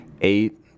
eight